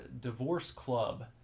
divorceclub